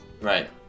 Right